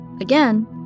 Again